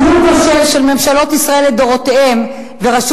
ניהול כושל של ממשלות ישראל לדורותיהן ורשות